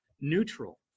neutral